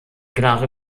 klare